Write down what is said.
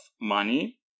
money